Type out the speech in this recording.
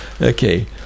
Okay